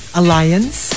alliance